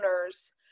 owners